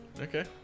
Okay